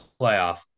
playoff